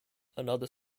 another